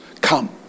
Come